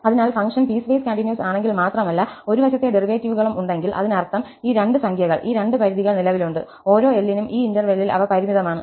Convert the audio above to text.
അതിനാൽ function piecewise continuous ആണെങ്കിൽ മാത്രമല്ല ഒരു വശത്തെ ഡെറിവേറ്റീവുകളും ഉണ്ടെങ്കിൽ അതിനർത്ഥം ഈ രണ്ട് സംഖ്യകൾ ഈ രണ്ട് പരിധികൾ നിലവിലുണ്ട് ഓരോ L നും ഈ ഇന്റെർവെല്ലിൽ അവ പരിമിതമാണ്